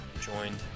joined